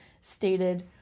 stated